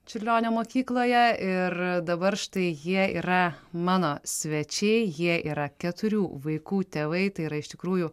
čiurlionio mokykloje ir dabar štai jie yra mano svečiai jie yra keturių vaikų tėvai tai yra iš tikrųjų